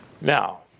Now